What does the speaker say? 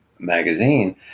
magazine